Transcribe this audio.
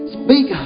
speak